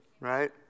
Right